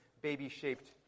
baby-shaped